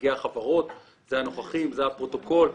נציגי החברות, אלה הנוכחים, זה הפרוטוקול.